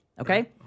okay